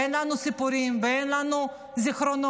אין לנו סיפורים ואין לנו זיכרונות.